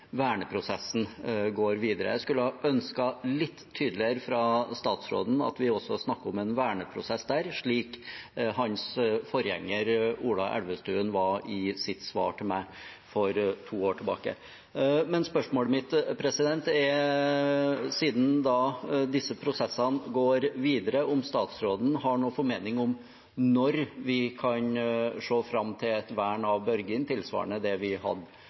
går videre. Jeg skulle ønske at statsråden var litt tydeligere på at vi også snakker om en verneprosess der, slik hans forgjenger Ola Elvestuen var i sitt svar til meg for to år tilbake. Spørsmålet mitt er: Siden denne prosessen går videre, har statsråden noen formening om når vi kan se fram til et vern av Børgin, tilsvarende det vi